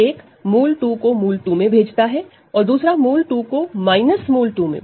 एक √2 को √2 में भेजता है और दूसरा √2 को √2 में